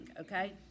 okay